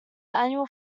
annual